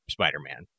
Spider-Man